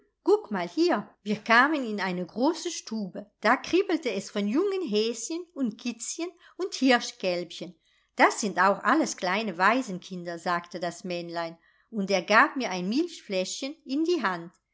kuck mal hier wir kamen in eine große stube da kribbelte es von jungen häschen und kitzchen und hirschkälbchen das sind auch alles kleine waisenkinder sagte das männlein und er gab mir ein milchfläschchen in die hand